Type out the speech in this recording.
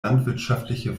landwirtschaftliche